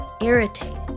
irritated